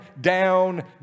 down